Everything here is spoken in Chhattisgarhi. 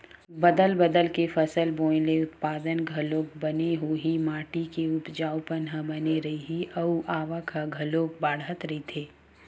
बदल बदल के फसल बोए ले उत्पादन घलोक बने होही, माटी के उपजऊपन ह बने रइही अउ आवक ह घलोक बड़ाथ रहीथे